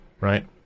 right